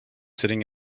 sitting